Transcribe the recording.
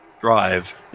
drive